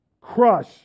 crush